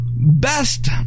best